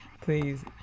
please